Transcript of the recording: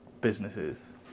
businesses